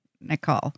Nicole